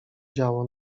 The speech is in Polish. działo